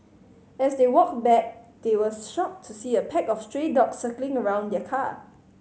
as they walked back they were shocked to see a pack of stray dogs circling around the car